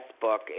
book